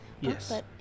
Yes